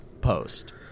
post